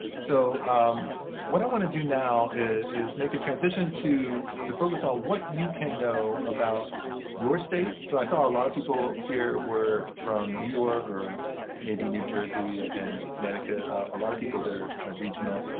so what i want to do now is make a transition to to focus on what you can know about your state. so i saw a lot of people here were from new york or maybe new jersey and connecticut. a lot of people that are kind of regional.